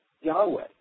Yahweh